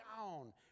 down